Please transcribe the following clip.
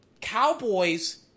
Cowboys